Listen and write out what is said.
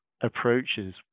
approaches